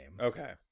Okay